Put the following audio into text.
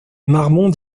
marmont